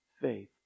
faith